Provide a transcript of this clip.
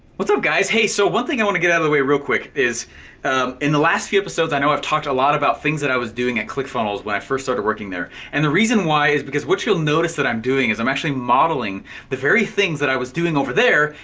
what's up guys? hey, so one thing i wanna get out of the way real quick is in the last few episodes i know i've talked a lot about things that i was doing at clickfunnels when i first started working there. and the reason why is because what you'll notice that i'm doing, is i'm actually modeling the very things that i was doing over there,